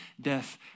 death